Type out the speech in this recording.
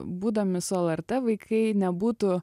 būdami su lrt vaikai nebūtų